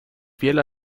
fiel